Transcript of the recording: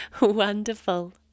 Wonderful